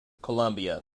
colombia